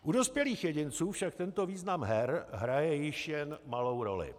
U dospělých jedinců však tento význam her hraje již jen malou roli.